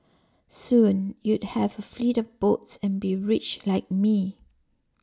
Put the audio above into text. soon you'd have a fleet boats and be rich like me